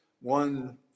one